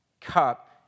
cup